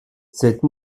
cette